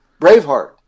Braveheart